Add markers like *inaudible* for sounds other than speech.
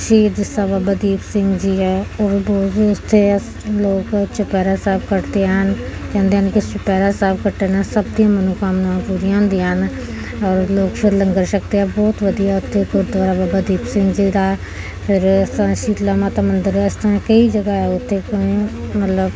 ਸ਼ਹੀਦ ਜੱਸਾ ਬਾਬਾ ਦੀਪ ਸਿੰਘ ਜੀ ਹੈ ਉਹ *unintelligible* ਉੱਥੇ ਲੋਕ ਚੌਪਹਿਰਾ ਸਾਹਿਬ ਪੜ੍ਹਦੇ ਹਨ ਕਹਿੰਦੇ ਹਨ ਕਿ ਚੌਪਹਿਰਾ ਸਾਹਿਬ ਕੱਟਣ ਨਾਲ ਸਭ ਦੀ ਮਨੋਕਾਮਨਾ ਪੂਰੀਆਂ ਹੁੰਦੀਆਂ ਹਨ ਔਰ ਲੋਕ ਫਿਰ ਲੰਗਰ ਛਕਦੇ ਹੈ ਬਹੁਤ ਵਧੀਆ ਉੱਥੇ ਗੁਰਦੁਆਰਾ ਬਾਬਾ ਦੀਪ ਸਿੰਘ ਜੀ ਦਾ ਫਿਰ ਇਸ ਤਰ੍ਹਾਂ ਸ਼ੀਤਲਾਂ ਮਾਤਾ ਮੰਦਰ ਇਸ ਤਰ੍ਹਾਂ ਕਈ ਜਗ੍ਹਾ ਹੈ ਉੱਥੇ ਐਹ ਮਤਲਬ